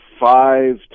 five